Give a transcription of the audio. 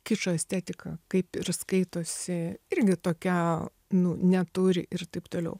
kičo estetika kaip ir skaitosi irgi tokia nu neturi ir taip toliau